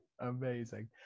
amazing